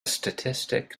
statistic